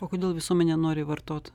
o kodėl visuomenė nori vartot